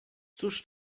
cóż